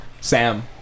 Sam